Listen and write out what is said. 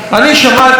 אדוני היושב-ראש,